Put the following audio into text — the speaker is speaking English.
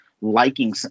liking